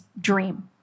dream